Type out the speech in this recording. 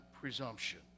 presumption